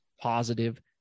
positive